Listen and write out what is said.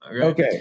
Okay